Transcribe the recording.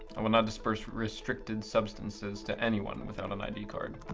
i will not disburse restricted substances to anyone without an id card.